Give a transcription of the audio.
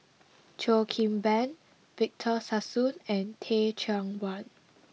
Cheo Kim Ban Victor Sassoon and Teh Cheang Wan